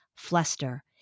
Fluster